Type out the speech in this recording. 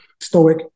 stoic